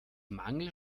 mangel